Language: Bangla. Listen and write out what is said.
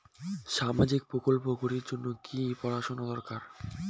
সামাজিক প্রকল্প করির জন্যে কি পড়াশুনা দরকার?